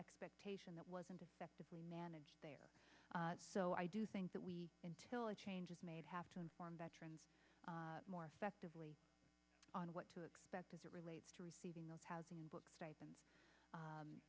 expectation that wasn't effectively manage there so i do think that we in till it changes made have to inform veterans more effectively on what to expect as it relates to receiving those housing books